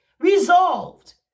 resolved